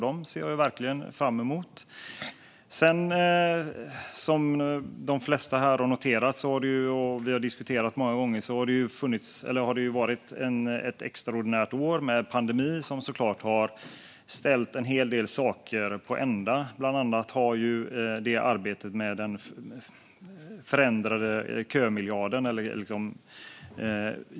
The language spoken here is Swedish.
De ser jag verkligen fram emot. Som de flesta här har noterat, och som vi har diskuterat många gånger, har det varit ett extraordinärt år med pandemi som såklart har ställt en hel del saker på ända. Det gäller bland annat arbetet med den förändrade kömiljarden.